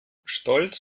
stolz